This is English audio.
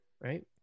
Right